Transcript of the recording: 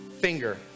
Finger